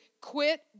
quit